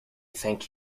thank